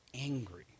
angry